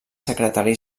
secretari